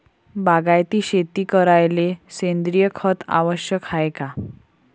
बागायती शेती करायले सेंद्रिय खत आवश्यक हाये का?